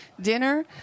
dinner